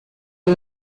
you